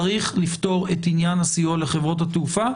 צריך לפתור את עניין הסיוע לחברות התעופה,